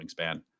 wingspan